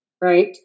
right